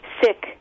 sick